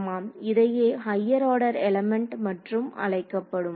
ஆமாம் இதையே higher order element என்றும் அழைக்கப்படும்